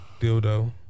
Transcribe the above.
Dildo